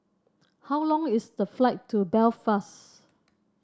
how long is the flight to Belfast